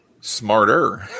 smarter